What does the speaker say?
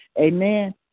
Amen